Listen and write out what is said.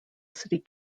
city